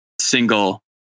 single